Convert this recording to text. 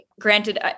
granted